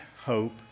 hope